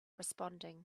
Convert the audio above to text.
responding